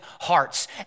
hearts